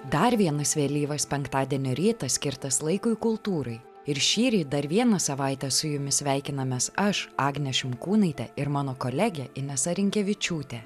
dar vienas vėlyvas penktadienio rytas skirtas laikui kultūrai ir šįryt dar vieną savaitę su jumis sveikinamės aš agnė šimkūnaitė ir mano kolegė inesa rinkevičiūtė